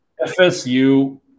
FSU